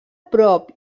prop